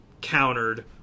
countered